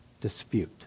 dispute